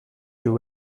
you